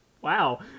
wow